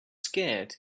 scared